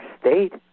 state